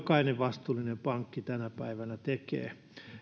jokainen vastuullinen pankki tänä päivänä tekee